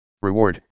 Reward